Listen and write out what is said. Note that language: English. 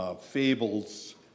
Fables